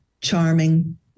charming